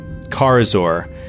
Karazor